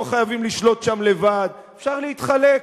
לא חייבים לשלוט שם לבד, אפשר להתחלק.